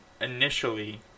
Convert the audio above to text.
initially